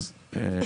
אז כן,